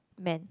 man